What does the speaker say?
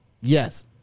yes